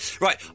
Right